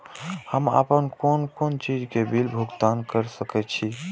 हम आपन कोन कोन चीज के बिल भुगतान कर सके छी?